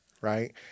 right